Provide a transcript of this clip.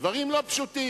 דברים לא פשוטים.